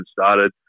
started